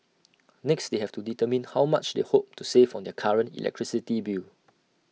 next they have to determine how much they hope to save on their current electricity bill